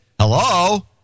Hello